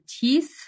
teeth